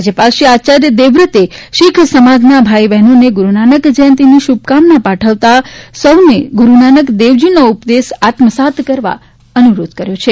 રાજ્યપાલ શ્રી આચાર્થ દેવવ્રતએ શીખ સમાજના ભાઈબહેનોને ગુરૂનાનક જયંતિની શુભકામના પાઠવતા સૌને ગુરૂનાનક દેવજીનો ઉપદેશ આત્મસાત કરવા અનુરોધ કર્યો છે